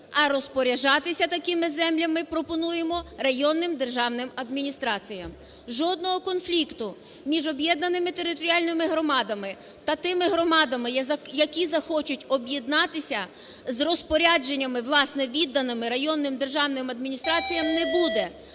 а розпоряджатися такими землями пропонуємо районним державним адміністраціям. Жодного конфлікту між об'єднаними територіальними громадами та тими громадами, які захочуть об'єднатися, з розпорядженнями, власне відданими районним державним адміністраціям, не буде